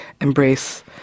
embrace